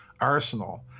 arsenal